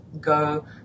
go